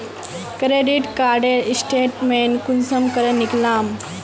Credit कार्डेर statement कुंसम करे निकलाम?